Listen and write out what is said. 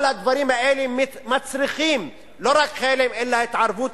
כל הדברים האלה מצריכים לא רק חרם אלא התערבות